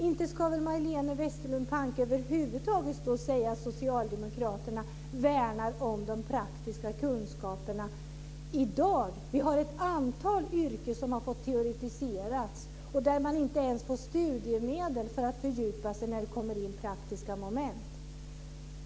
Inte ska Majléne Westerlund Panke över huvud taget stå och säga att socialdemokraterna värnar om de praktiska kunskaperna i dag. Vi har ett antal yrken som har teoretiserats och där man inte ens får studiemedel för att fördjupa sig när det kommer in praktiska moment.